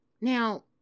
Now